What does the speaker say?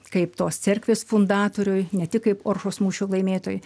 kaip tos cerkvės fundatoriui ne tik kaip oršos mūšio laimėtojai